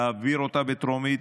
להעביר אותה בטרומית.